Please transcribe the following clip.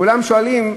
כולם שואלים: